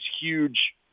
huge